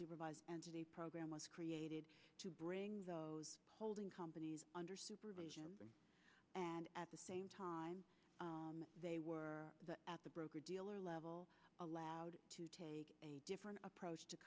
supervised program was created to bring those holding companies under supervision at the same time they were at the broker dealer level allowed to take a different approach to